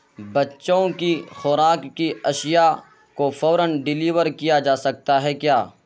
بچوں کی خوراک کی اشیاء کو فوراً ڈلیور کیا جا سکتا ہے کیا